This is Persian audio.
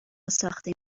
ساخته